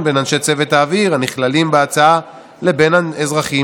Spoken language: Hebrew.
בין אנשי צוות האוויר הנכללים בהצעה לבין אזרחים